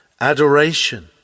adoration